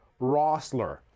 Rossler